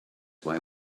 why